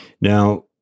Now